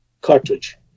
cartridge